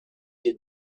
did